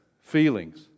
feelings